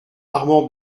armand